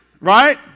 Right